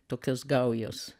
tokias gaujos